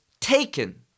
taken